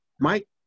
Mike